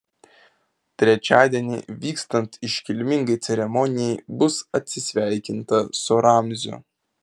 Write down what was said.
trečiadienį vykstant iškilmingai ceremonijai bus atsisveikinta su ramziu